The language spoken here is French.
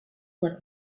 voilà